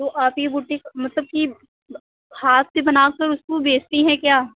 तो आप ये बुटीक मतलब की हाथ से बना कर उसको बेचती है क्या